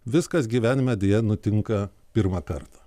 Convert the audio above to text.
viskas gyvenime deja nutinka pirmą kartą